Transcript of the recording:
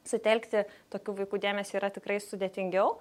sutelkti tokių vaikų dėmesį yra tikrai sudėtingiau